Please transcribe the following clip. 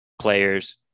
players